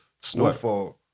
Snowfall